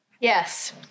Yes